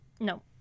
No